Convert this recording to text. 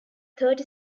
thirty